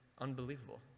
unbelievable